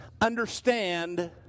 understand